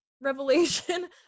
revelation